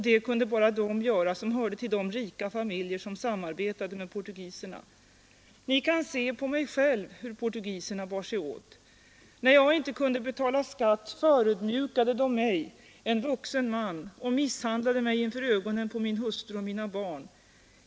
Det kunde bara de göra som hörde till de rika familjer som samarbetade med portugiserna. Ni kan se på mig själv hur portugiserna bar sig åt. När jag inte kunde betala skatt förödmjukade de mig, en vuxen man, och misshandlade mig inför ögonen på min hustru och mina barn.